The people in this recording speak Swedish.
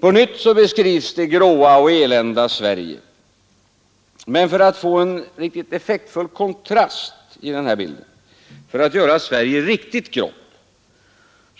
På nytt beskrivs det gråa och eländiga Sverige. Men för att få en verkligt effektfull kontrast i den här bilden, för att göra Sverige riktigt grått,